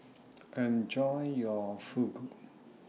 Enjoy your Fugu